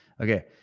Okay